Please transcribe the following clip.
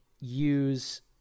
use